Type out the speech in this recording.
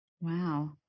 Wow